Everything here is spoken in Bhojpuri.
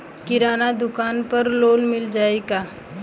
किराना दुकान पर लोन मिल जाई का?